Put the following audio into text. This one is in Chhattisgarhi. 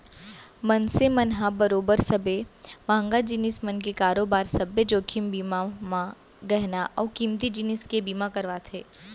मनसे मन ह बरोबर सबे महंगा जिनिस मन के बरोबर सब्बे जोखिम बीमा म गहना अउ कीमती जिनिस के बीमा करवाथे